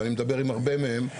ואני מדבר עם הרבה מהם,